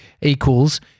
equals